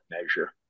measure